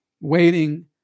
waiting